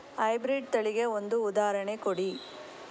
High breed ತಳಿಗೆ ಒಂದು ಉದಾಹರಣೆ ಕೊಡಿ?